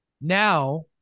now